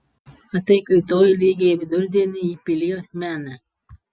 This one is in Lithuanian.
ateik rytoj lygiai vidurdienį į pilies menę